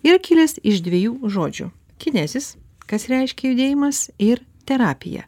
yra kilęs iš dviejų žodžių kinezis kas reiškia judėjimas ir terapija